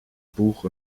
buch